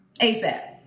asap